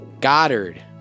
Goddard